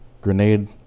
Grenade